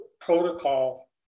protocol